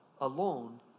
alone